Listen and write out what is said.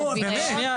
נו, באמת.